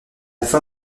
fin